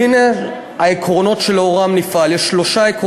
והנה, העקרונות שלאורם נפעל,